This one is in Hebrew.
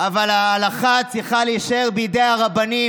אבל ההלכה צריכה להישאר בידי הרבנים.